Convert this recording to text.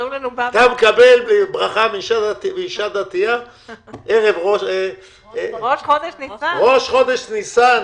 אתה מקבל ברכה מאישה דתיה בערב ראש חודש ניסן.